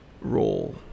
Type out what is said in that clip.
role